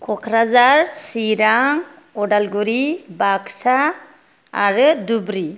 क'क्राझार चिरां उदालगुरि बागसा आरो धुबरि